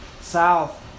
south